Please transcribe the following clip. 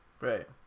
right